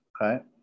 Okay